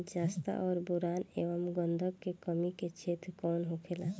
जस्ता और बोरान एंव गंधक के कमी के क्षेत्र कौन होखेला?